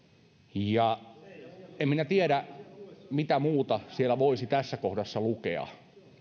en minä tiedä mitä muuta siellä voisi tässä kohdassa lukea